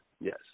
yes